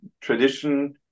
tradition